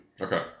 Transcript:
Okay